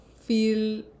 feel